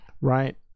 right